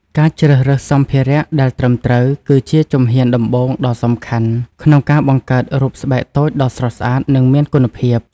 ការជ្រើសរើសសម្ភារៈដែលត្រឹមត្រូវ គឺជាជំហានដំបូងដ៏សំខាន់ក្នុងការបង្កើតរូបស្បែកតូចដ៏ស្រស់ស្អាត និងមានគុណភាព។